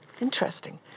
Interesting